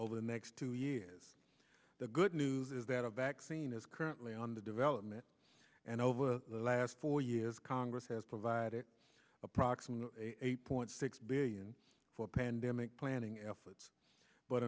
over the next two years the good news is that a vaccine is currently on the development and over the last four years congress has provided approximately eight point six billion for pandemic planning efforts but